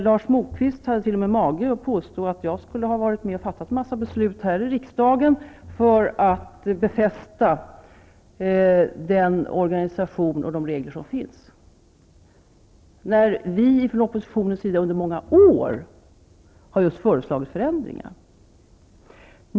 Lars Moquist hade t.o.m. mage att påstå att jag skulle ha varit med och fattat en massa beslut här i riksdagen för att befästa den organisation och de regler som finns, när det verkliga förhållandet är att vi från oppositionens sida under många år har föreslagit just förändringar.